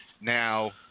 Now